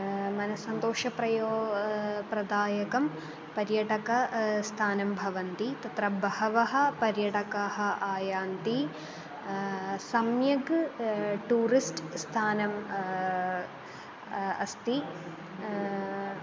मनस्सन्तोषप्रयो प्रदायकं पर्यटकं स्थानं भवन्ति तत्र बहवः पर्यटकाः आयान्ति सम्यक् टूरिस्ट् स्थानं अस्ति